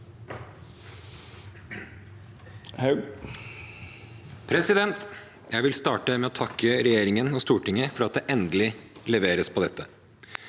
Jeg vil starte med å takke regjeringen og Stortinget for at det endelig leveres på dette.